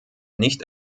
nicht